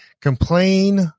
complain